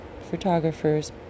photographers